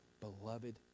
beloved